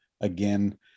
again